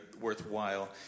worthwhile